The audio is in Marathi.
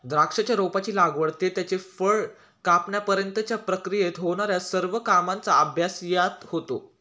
द्राक्षाच्या रोपाची लागवड ते त्याचे फळ कापण्यापर्यंतच्या प्रक्रियेत होणार्या सर्व कामांचा अभ्यास यात होतो